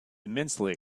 immensely